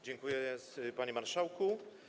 Dziękuję, panie marszałku.